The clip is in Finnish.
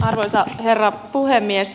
arvoisa herra puhemies